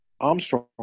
Armstrong